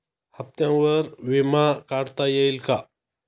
हप्त्यांवर विमा काढता येईल का?